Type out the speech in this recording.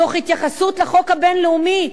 תוך התייחסות לחוק הבין-לאומי,